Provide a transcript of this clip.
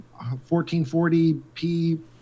1440p